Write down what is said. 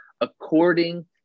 according